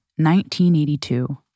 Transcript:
1982